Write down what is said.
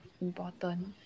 important